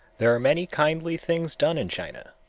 there are many kindly things done in china.